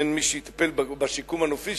אין מי שיטפל בשיקום הנופי,